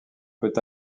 peut